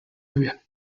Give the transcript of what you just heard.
area